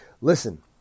Listen